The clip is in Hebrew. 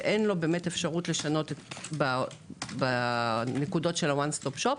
ואין לו אפשרות לשנות בנקודות של הוואן סטופ שופ,